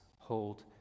hold